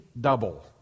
Double